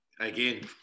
again